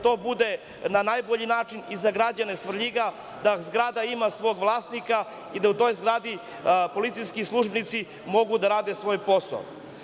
To je najbolji način i za građane Svrljiga, zgrada ima svog vlasnika i da u toj zgradi policijski službenici mogu da rade svoj posao.